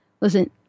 Listen